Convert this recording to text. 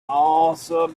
also